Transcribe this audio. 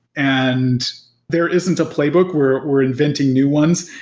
and there isn't a playbook where we're inventing new ones.